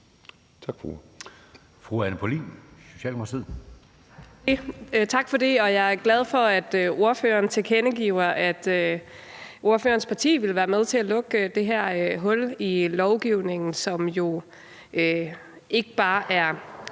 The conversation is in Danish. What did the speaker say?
Tak for det. Jeg er glad for, at ordføreren tilkendegiver, at ordførerens parti vil være med til at lukke det hul i lovgivningen. Det er ikke bare fem